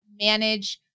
manage